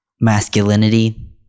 masculinity